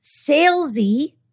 salesy